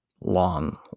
long